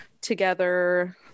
together